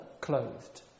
clothed